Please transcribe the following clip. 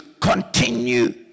continue